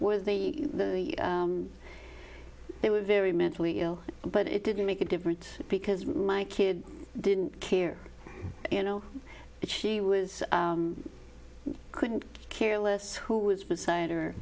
was the they were very mentally ill but it didn't make a difference because my kid didn't care you know she was couldn't careless who was beside